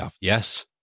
Yes